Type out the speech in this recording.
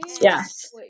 Yes